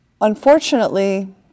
unfortunately